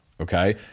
okay